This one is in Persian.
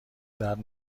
درد